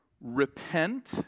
repent